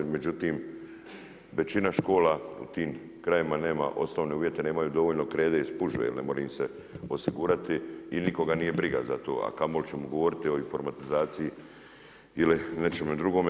Međutim, većina škola u tim krajevima nema osnovne uvjete, nemaju dovoljno krede, spužve jer ne more im se osigurati i nikoga nije briga za to, a kamoli ćemo govoriti o informatizaciji ili nečemu drugome.